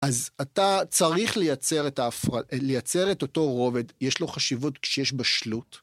אז אתה צריך לייצר את אותו רובד, יש לו חשיבות כשיש בשלות?